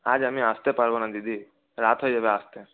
আজ আমি আসতে পারব না দিদি রাত হয়ে যাবে আসতে